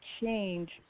Change